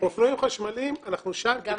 אופנועים חשמליים אנחנו שם מה גם